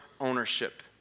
ownership